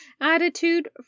attitude